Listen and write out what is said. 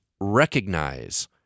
recognize